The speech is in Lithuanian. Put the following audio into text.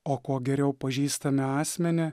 o kuo geriau pažįstame asmenį